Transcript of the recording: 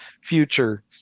future